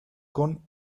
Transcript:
con